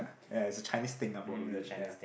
ya it's a Chinese thing ah probably ya